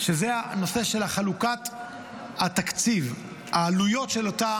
אדוני מדגים חלוקת קשב, אפשר גם לנאום בדוכן וגם